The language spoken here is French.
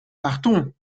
partons